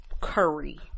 curry